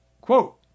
Quote